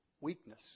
Weakness